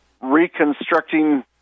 reconstructing